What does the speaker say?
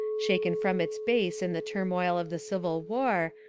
shaken from its base in the turmoil of the civil war,